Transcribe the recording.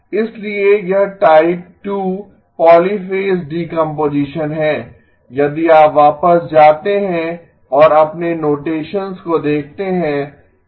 इसलिए यह type 2 polyphase decomposition है यदि आप वापस जाते हैं और अपने नोटेशंस को देखते हैं